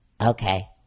okay